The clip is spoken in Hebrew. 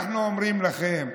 אנחנו אומרים לכם,